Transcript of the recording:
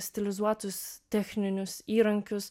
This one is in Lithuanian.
stilizuotus techninius įrankius